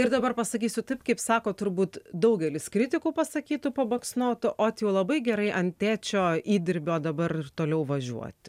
ir dabar pasakysiu taip kaip sako turbūt daugelis kritikų pasakytų pabaksnotų ot jau labai gerai ant tėčio įdirbio dabar ir toliau važiuoti